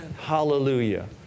Hallelujah